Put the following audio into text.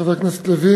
חבר הכנסת לוין,